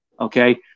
Okay